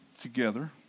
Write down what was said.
together